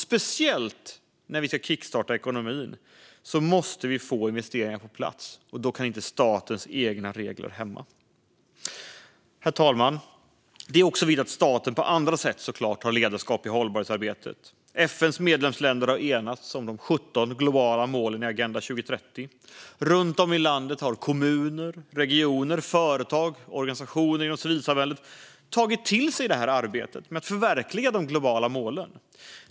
Speciellt när vi ska kickstarta ekonomin måste vi få investeringar på plats. Då kan inte statens egna regler hämma. Herr talman! Det är såklart också viktigt att staten på andra sätt tar på sig ett ledarskap i hållbarhetsarbetet. FN:s medlemsländer har enats om de 17 globala målen inom ramen för Agenda 2030. Runt om i landet har kommuner, regioner, företag och organisationer inom civilsamhället tagit till sig arbetet med att förverkliga de globala målen.